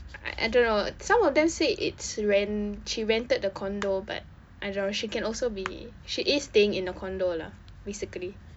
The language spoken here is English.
I I don't know some of them say it's ren~ she rented the condo but I don't know she can also be she is staying in a condo lah basically